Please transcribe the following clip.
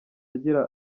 agira